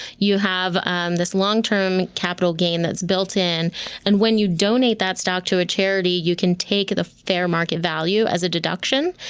you have this long-term capital gain that's built in and when you donate that stock to a charity, you can take the fair market value as a deduction.